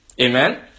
Amen